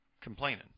complaining